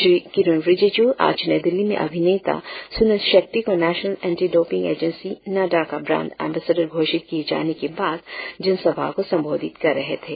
श्री रिजिज् आज नई दिल्ली में अभिनेता सुनील शेट़टी को national anti doping agency NADA का ब्रांड अंबेसडर घोषित किए जाने के बाद जनसभा को संबोधित कर रहे थे